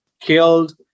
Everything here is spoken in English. killed